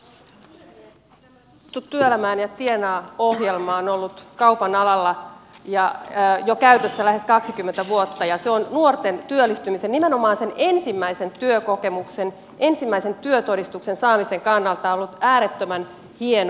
tämä tutustu työelämään ja tienaa ohjelma on ollut kaupan alalla käytössä jo lähes kaksikymmentä vuotta ja se on nuorten työllistymisen nimenomaan sen ensimmäisen työkokemuksen ensimmäisen työtodistuksen saamisen kannalta ollut äärettömän hieno ohjelma